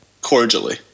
Cordially